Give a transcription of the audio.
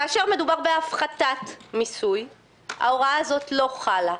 כאשר מדובר בהפחתת מיסוי, ההוראה הזאת לא חלה.